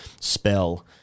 spell